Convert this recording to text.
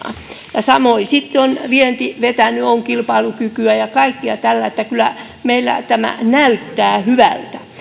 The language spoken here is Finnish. ja samoin sitten on vienti vetänyt on kilpailukykyä ja kaikkea tällaista että kyllä meillä tämä näyttää hyvältä